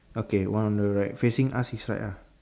okay one on the right facing us is right ah